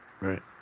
Right